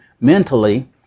mentally